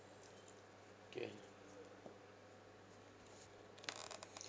K